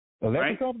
Right